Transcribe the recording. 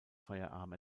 firearm